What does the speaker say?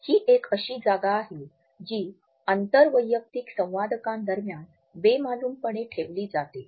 ही एक अशी जागा आहे जी आंतर वैयक्तिक संवादकांदरम्यान बेमालूमपणे ठेवली जाते